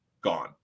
gone